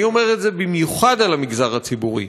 אני אומר את זה במיוחד על המגזר הציבורי,